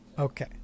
Okay